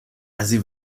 بعضی